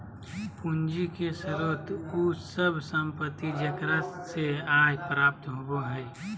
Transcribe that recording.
पूंजी के स्रोत उ सब संपत्ति जेकरा से आय प्राप्त होबो हइ